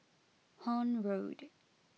Horne Road